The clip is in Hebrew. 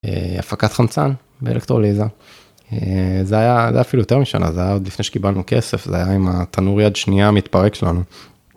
הפקת חמצן באלקטרוליזה. זה היה אפילו יותר משנה, זה היה עוד לפני שקיבלנו כסף, זה היה עם התנור יד שנייה המתפרק שלנו.